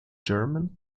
german